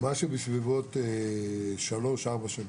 בסביבות 3-4 שנים,